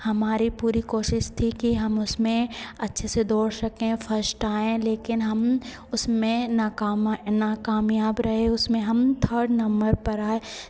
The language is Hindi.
हमारी पूरी कोशिश थी कि हम उसमें अच्छे से दौड़ सकें फस्ट आएं लेकिन हम उसमें नकामा नाकामयाब रहे उसमें हम थर्ड नंबर पर आए